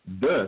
Thus